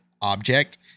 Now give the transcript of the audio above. object